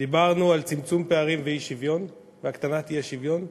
דיברנו על צמצום פערים והקטנת האי-שוויון,